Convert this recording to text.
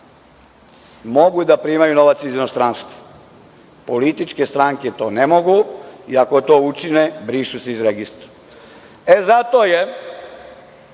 mogu da primaju novac iz inostranstva. Političke stranke to ne mogu i ako to učine brišu se iz registra. Zato je